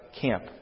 camp